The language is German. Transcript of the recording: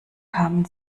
kamen